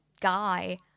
guy